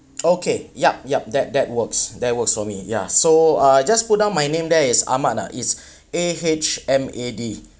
okay yup yup that that works that works for me ya so uh I'll just put down my name there is Ahmad ah it's A H M A D